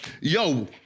yo